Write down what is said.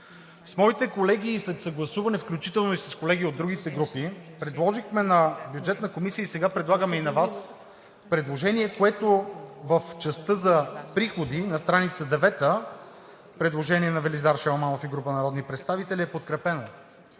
С моите колеги и след съгласуване, включително и с колеги от другите групи, предложихме на Бюджетната комисия, сега предлагаме и на Вас предложение, което в частта за приходи на стр. 9 – предложение на Велизар Шаламанов и група народни представители е подкрепено,